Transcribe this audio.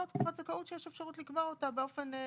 או תקופת זכאות שיש אפשרות לקובע אותה כאי,